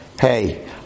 hey